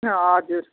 हजुर